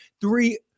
three